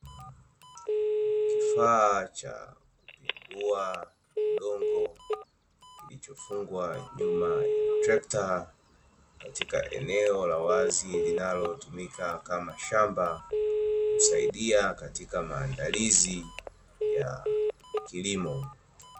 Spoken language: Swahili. Kifaa cha kukwangua udongo kilichofungwa nyuma ya trekta katika eneo la wazi linalotumika kama shamba kusaidia katika maandalizi ya kilimo.